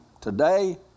today